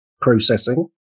processing